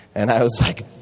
and i was like,